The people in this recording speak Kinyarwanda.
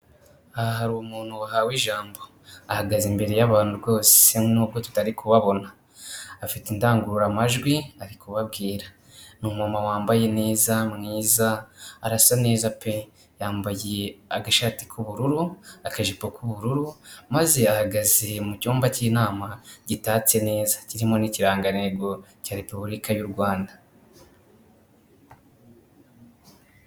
Aha hari umuntu wahawe ijambo ahagaze imbere y'abantu rwose nubwo tutari kubabona, afite indangururamajwi ari kubabwira, ni umumama wambaye neza mwiza arasa neza pe! Yambagiye agashati k'ubururu, akajipo k'ubururu maze ahagaze mu cyumba cy'inama gitatse neza, kirimo n'ikirangantego cya repubulika y'u Rwanda.